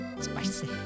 Spicy